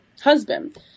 husband